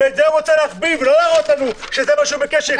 את זה הוא רוצה להחביא ולא להראות לנו שזה מה שהוא ביקש שיקראו בחוק.